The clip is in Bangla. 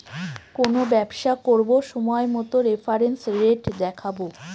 কোনো ব্যবসা করবো সময় মতো রেফারেন্স রেট দেখাবো